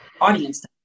audience